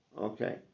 Okay